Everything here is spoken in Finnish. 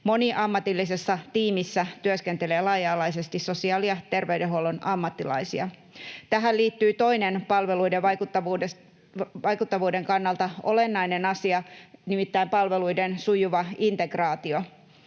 Moniammatillisessa tiimissä työskentelee laaja-alaisesti sosiaali- ja terveydenhuollon ammattilaisia. Tähän liittyy toinen palveluiden vaikuttavuuden kannalta olennainen asia, nimittäin palveluiden sujuva integraatio.